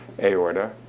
aorta